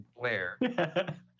Blair